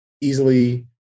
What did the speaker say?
easily